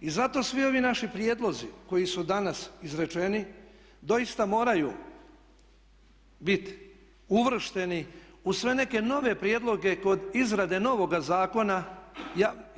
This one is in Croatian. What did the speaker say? I zato svi ovi naši prijedlozi koji su danas izrečeni, doista moraju biti uvršteni u sve neke nove prijedloge kod izrade novoga zakona